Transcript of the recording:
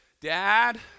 Dad